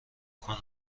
کنم